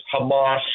Hamas